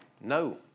no